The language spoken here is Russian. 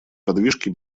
подвижки